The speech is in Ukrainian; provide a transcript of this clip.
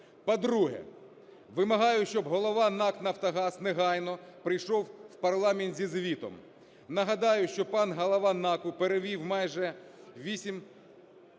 По-друге, вимагаю, щоб голова НАК "Нафтогаз" негайно прийшов у парламент зі звітом. Нагадаю, що пан голова НАКу перевів майже 8